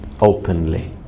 openly